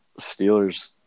Steelers